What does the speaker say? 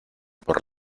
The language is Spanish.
por